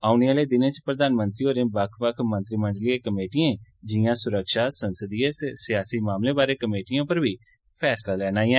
औने आह्ले दिनें च प्रधानमंत्री होरें बक्ख बक्ख मंत्रिमंडलीय कमेटियें जिआं सुरक्षा संसदीय ते सियासी मामलें बारै कमेटियें उप्पर बी फैसला लैना ऐ